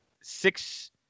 six